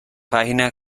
página